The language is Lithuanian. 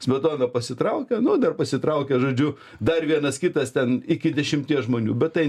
smetona pasitraukia nuo dar pasitraukia žodžiu dar vienas kitas ten iki dešimties žmonių bet tai